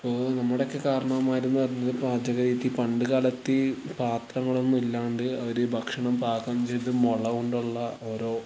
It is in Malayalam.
അപ്പോൾ നമ്മുടെ ഒക്കെ കാരണവന്മാര് എന്ന് പറഞ്ഞാല് പാചക രീതി പണ്ട് കാലത്ത് പാത്രങ്ങളൊന്നും ഇല്ലാണ്ട് അവര് ഭക്ഷണം പാകം ചെയ്ത് മുള കൊണ്ടുള്ള ഓരോ